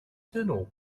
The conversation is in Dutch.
tunnel